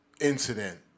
incident